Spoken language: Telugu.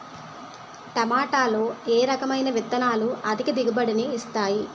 టమాటాలో ఏ రకమైన విత్తనాలు అధిక దిగుబడిని ఇస్తాయి